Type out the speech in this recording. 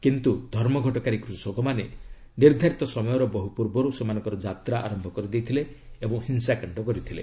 କିନ୍ତୁ ଧର୍ମଘଟକାରୀ କୃଷକମାନେ ନିର୍ଦ୍ଧାରିତ ସମୟର ବହୁ ପୂର୍ବରୁ ସେମାନଙ୍କର ଯାତ୍ରା ଆରମ୍ଭ କରିଦେଇଥିଲେ ଓ ହିଂସାକାଣ୍ଡ କରିଥିଲେ